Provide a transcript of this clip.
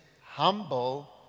humble